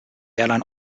airline